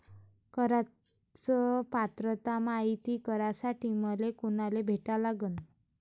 कराच पात्रता मायती करासाठी मले कोनाले भेटा लागन?